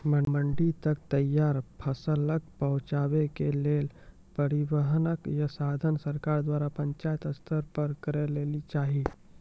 मंडी तक तैयार फसलक पहुँचावे के लेल परिवहनक या साधन सरकार द्वारा पंचायत स्तर पर करै लेली चाही?